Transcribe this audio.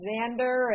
Xander